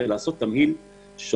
ולעשות תמהיל שונה.